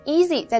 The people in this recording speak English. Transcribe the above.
Easy